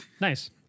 Nice